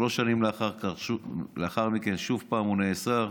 שלוש שנים לאחר מכן שוב פעם הוא נאסר,